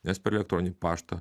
nes per elektroninį paštą